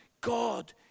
God